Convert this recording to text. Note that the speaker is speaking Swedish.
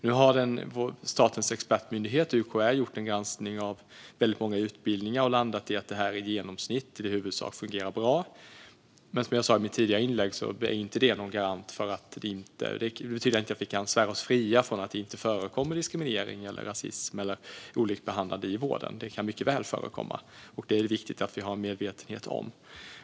Nu har statens expertmyndighet UKÄ gjort en granskning av väldigt många utbildningar och landat i att detta i huvudsak fungerar bra. Men som jag sa i mitt tidigare inlägg betyder inte detta att vi kan svära på att det inte förekommer diskriminering, rasism eller olikabehandling i vården. Det kan mycket väl förekomma, och det är det viktigt att vi har en medvetenhet om.